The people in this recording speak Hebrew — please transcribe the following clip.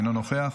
אינו נוכח,